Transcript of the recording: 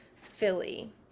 Philly